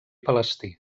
palestí